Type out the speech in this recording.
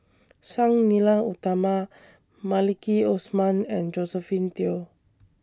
Sang Nila Utama Maliki Osman and Josephine Teo